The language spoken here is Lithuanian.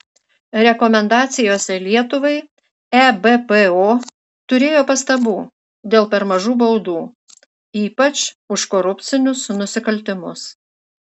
rekomendacijose lietuvai ebpo turėjo pastabų dėl per mažų baudų ypač už korupcinius nusikaltimus